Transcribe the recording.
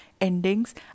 endings